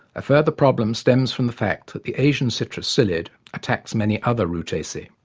a further problem stems from the fact that the asian citrus psyllid attacks many other rutaceae.